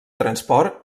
transport